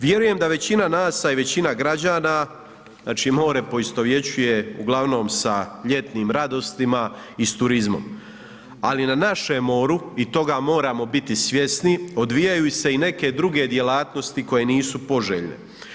Vjerujem da većina nas a i većina građana, znači more poistovjećuje uglavnom sa ljetnim radostima i sa turizmom ali na našem moru i toga moramo biti svjesni, odvijaju se i neke druge djelatnosti koje nisu poželjne.